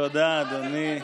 תודה, אדוני.